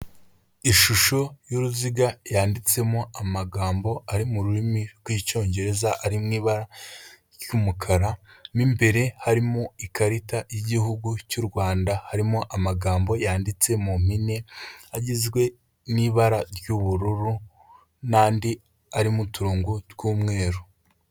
Ishusho y'uruziga yanditsemo amagambo ari mu rurimi rw'icyongereza, ari m ibara ry'umukara, mu imbere harimo ikarita y'igihugu cy'u Rwanda, harimo amagambo yanditse mu mpine agizwe n'ibara ry'ubururu, n'andi ari mu turongo tw'umweru.